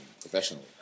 professionally